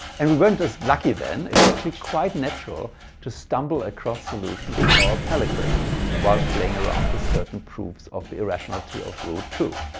and we weren't just lucky then. it's actually quite natural to stumble across solutions of our pell equation while playing around with certain proofs of the irrationality of rule two.